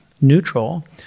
neutral